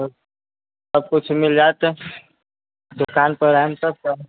सबकिछु मिल जाइत दोकान पर आयब तब तऽ